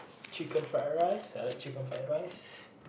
chicken fried rice i like chicken fried rice